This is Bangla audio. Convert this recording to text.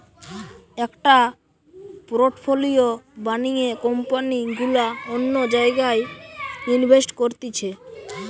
একটা পোর্টফোলিও বানিয়ে কোম্পানি গুলা অন্য জায়গায় ইনভেস্ট করতিছে